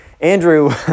Andrew